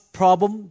problem